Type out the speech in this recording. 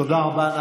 תודה רבה.